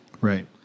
Right